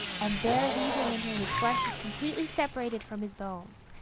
and there leave him until his flesh is completely separated from his bones.